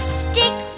stick